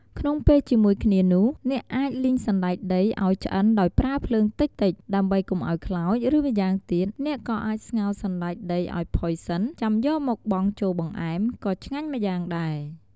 ក្នុងពេលជាមួយគ្នានោះ អ្នកអាចលីងសណ្ដែកដីឲ្យឆ្អិនដោយប្រើភ្លើងតិចៗ ដើម្បីកុំឲ្យខ្លោច ឬ ម្យ៉ាងទៀត អ្នកក៏អាចស្ងោរសណ្ដែកដីឲ្យផុយសិន ចាំយកមកបង់ចូលបង្អែម ក៏ឆ្ងាញ់ម្យ៉ាងដែរ។